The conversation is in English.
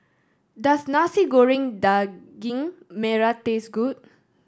does Nasi Goreng Daging Merah taste good